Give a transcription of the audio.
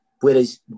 Whereas